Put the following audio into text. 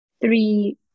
three